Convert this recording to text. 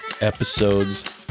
episodes